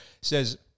says